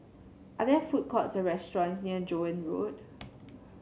are there food courts or restaurants near Joan Road